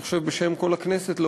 אני חושב בשם כל הכנסת,